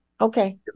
Okay